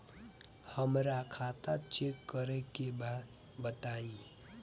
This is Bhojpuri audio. हमरा खाता चेक करे के बा बताई?